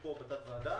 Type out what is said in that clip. בוועדת המשנה,